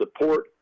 support